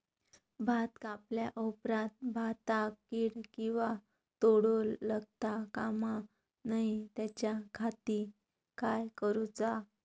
भात कापल्या ऑप्रात भाताक कीड किंवा तोको लगता काम नाय त्याच्या खाती काय करुचा?